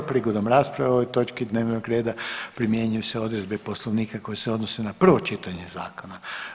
Prigodom rasprave o ovoj točki dnevnog reda primjenjuju se odredbe Poslovnika koje se odnose na prvo čitanje zakona.